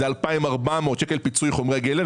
2,400 שקל פיצוי לחומרי גלם,